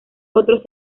otros